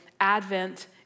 Advent